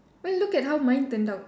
well look at how mine turned out